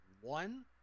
one